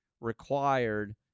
required